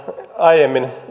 aiemmin